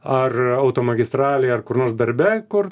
ar automagistralėj ar kur nors darbe kur